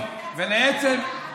והוא ענה בדיוק בנושא הזה,